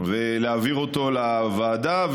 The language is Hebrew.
להעביר אותו לוועדה,